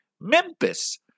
Memphis